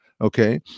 okay